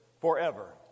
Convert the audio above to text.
Forever